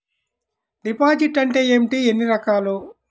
Deposit అంటే ఏమిటీ ఎన్ని రకాలు?